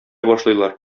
башлыйлар